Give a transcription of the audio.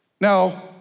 Now